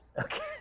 Okay